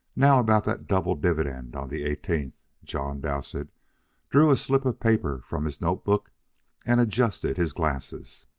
now about that double dividend on the eighteenth john dowsett drew a slip of paper from his note-book and adjusted his glasses.